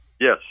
Yes